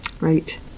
right